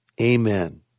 amen